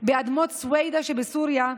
באדמות סווידא שבסוריה,